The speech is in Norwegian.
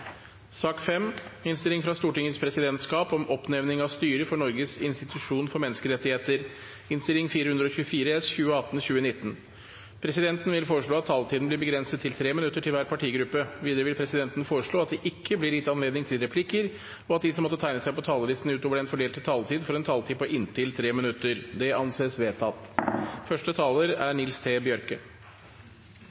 sak nr. 3. Presidenten vil foreslå at taletiden blir begrenset til 3 minutter til hver partigruppe og 3 minutter til medlemmer av regjeringen. Videre vil presidenten foreslå at det ikke blir gitt anledning til replikker, og at de som måtte tegne seg på talerlisten utover den fordelte taletid, får en taletid på inntil 3 minutter. – Det anses vedtatt.